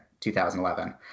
2011